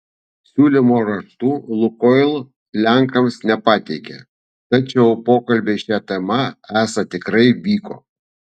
siūlymo raštu lukoil lenkams nepateikė tačiau pokalbiai šia tema esą tikrai vyko